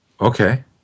okay